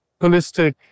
holistic